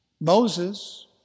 Moses